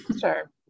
sure